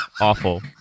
Awful